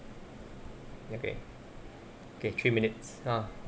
okay K three minutes ha